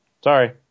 Sorry